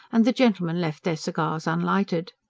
and the gentlemen left their cigars unlighted.